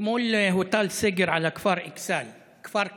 אתמול הוטל סגר על הכפר אכסאל, כפר כתום,